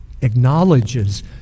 acknowledges